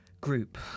group